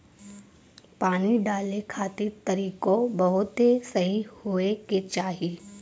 पानी डाले खातिर तरीकों बहुते सही होए के चाही